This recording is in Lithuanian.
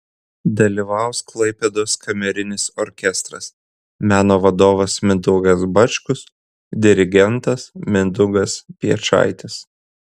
dalyvaus klaipėdos kamerinis orkestras meno vadovas mindaugas bačkus dirigentas mindaugas piečaitis